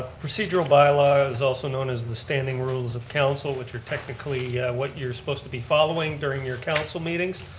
procedural bylaws, also known as the standing rules of council, which are technically what you're supposed to be following during your council meetings.